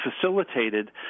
facilitated